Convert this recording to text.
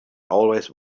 always